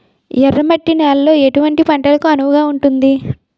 ఎర్ర మట్టి నేలలో ఎటువంటి పంటలకు అనువుగా ఉంటుంది?